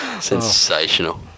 Sensational